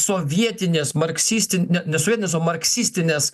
sovietinės marksistin ne sovietinės o marksistinės